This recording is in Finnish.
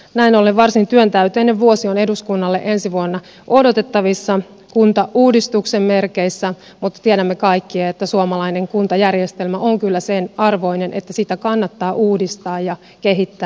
näin ollen varsin työntäyteinen vuosi on eduskunnalle ensi vuonna odotettavissa kuntauudistuksen merkeissä mutta tiedämme kaikki että suomalainen kuntajärjestelmä on kyllä sen arvoinen että sitä kannattaa uudistaa ja kehittää